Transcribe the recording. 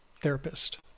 therapist